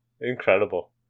Incredible